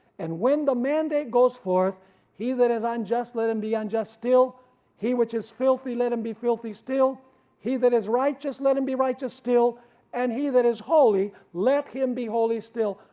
and when the mandate goes forth he that is unjust, let him be unjust still he which is filthy, let him be filthy still he that is righteous, let him be righteous still and he that is holy, let him be holy still.